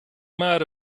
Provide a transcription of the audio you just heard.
might